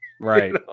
right